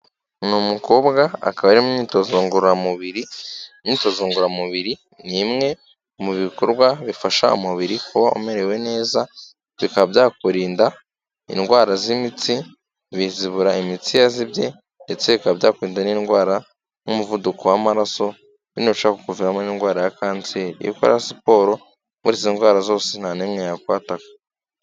Ni umukobwa akaba ari mu imyitozo ngororamubiri, imyitozo ngororamubiri ni imwe mu bikorwa bifasha umubiri kuba umerewe neza, bikaba byakurinda indwara z'imitsi, bizibura imitsi yazibye, ndetse bikaba byakurinda n'indwara nk'umuvuduko w'amaraso bino bishobora kukuviramo n'indwara ya kanseri, iyo ukora siporo muri izo ndwara zose nta n'imwe yakwataka.